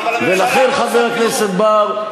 אבל הממשלה לא עושה כלום.